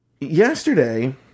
Yesterday